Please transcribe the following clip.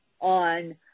on